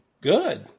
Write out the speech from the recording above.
good